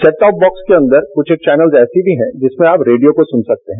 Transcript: set top box के अंदर कुछ एक चेनल ऐसे भी हैं जिसमें आप रेडियो को सुन सकते हैं